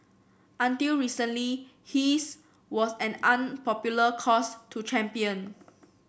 until recently his was an unpopular cause to champion